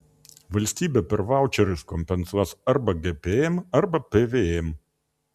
valstybė per vaučerius kompensuos arba gpm arba pvm